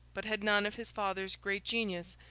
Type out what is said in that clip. but had none of his father's great genius,